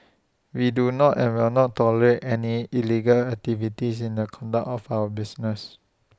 we do not and will not tolerate any illegal activities in the conduct of our business